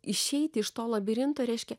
išeiti iš to labirinto reiškia